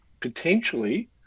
potentially